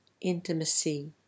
intimacy